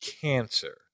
cancer